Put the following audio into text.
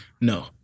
no